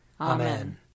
Amen